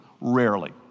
rarely